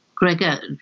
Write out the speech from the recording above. Gregor